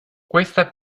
questa